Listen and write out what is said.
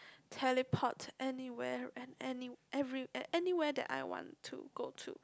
teleport anywhere and any every anywhere that I want to go to